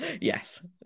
Yes